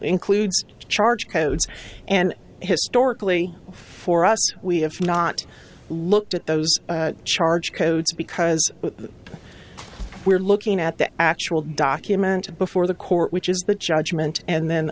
includes charge codes and historically for us we have not looked at those charged codes because we're looking at the actual document before the court which is the judgment and then